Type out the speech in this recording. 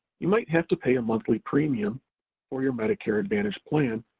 you might have to pay a monthly premium for your medicare advantage plan,